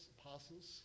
apostles